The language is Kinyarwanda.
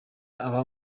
aba